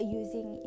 using